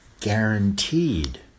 guaranteed